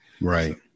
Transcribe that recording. Right